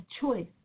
choice